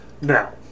Now